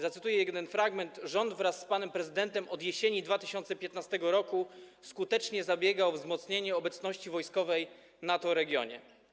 Zacytuję jeden fragment: Rząd, wraz z panem prezydentem, od jesieni 2015 r. skutecznie zabiegał o wzmocnienie obecności wojskowej NATO w regionie.